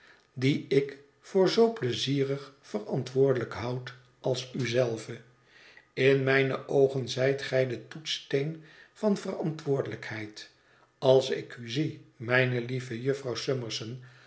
dien ik voor zoo pleizierig verantwoordelijk houd als u zelve in mijne oogen zijt gij de toetssteen van verantwoordelijkheid als ik u zie mijne lieve jufvrouw summerson